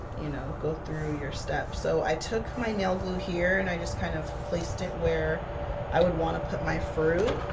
you know go through your step so i took my nail glue here and i just kind of placed it where i would want to put my fruit